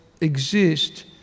exist